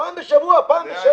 בפעם בשבוע, פעם בשבוע.